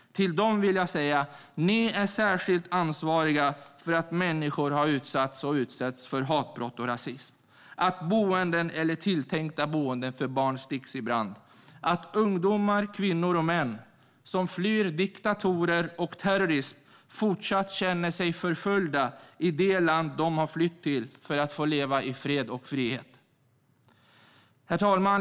Till dem vill jag säga att de är särskilt ansvariga för att människor har utsatts, och utsätts, för hatbrott och rasism, att boenden eller tilltänkta boenden för barn sticks i brand och att ungdomar, kvinnor och män som flyr diktatorer och terrorister fortsätter att känna sig förföljda i det land de har flytt till för att få leva i fred och frihet. Herr talman!